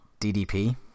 DDP